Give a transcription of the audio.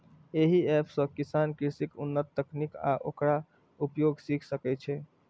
एहि एप सं किसान कृषिक उन्नत तकनीक आ ओकर प्रयोग सीख सकै छै